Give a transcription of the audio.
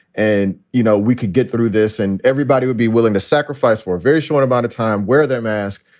and, you know, we could get through this and everybody would be willing to sacrifice for a very short amount of time, wear their mask,